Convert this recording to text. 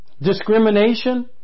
Discrimination